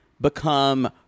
become